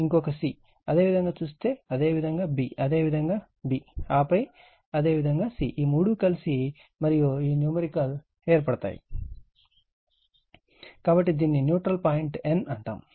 ఇంకొక c అదేవిధంగా చూస్తే అదేవిధంగా b అదేవిధంగా b ఆపై అదేవిధంగా c ఈ మూడు కలిసి మరియు ఈ న్యూమరికల్ ఏర్పడుతాయి కాబట్టి దీనిని న్యూట్రల్ పాయింట్ n అంటారు